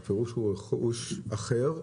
והפירוש הוא רכוש אחר,